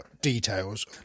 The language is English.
details